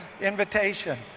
invitation